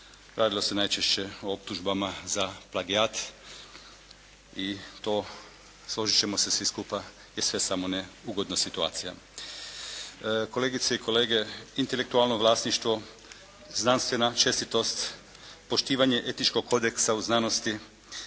Radilo se najčešće o optužbama za plagijat i to složit ćemo se svi skupa je sve samo ne ugodna situacija. Kolegice i kolege, intelektualno vlasništvo, znanstvena čestitost, poštivanje etičkog kodeksa u znanosti